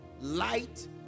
light